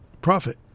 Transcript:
profit